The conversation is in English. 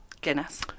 Guinness